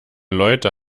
leute